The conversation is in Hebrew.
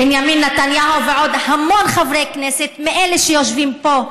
בנימין נתניהו ועוד המון חברי כנסת מאלה שיושבים פה,